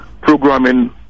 programming